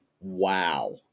wow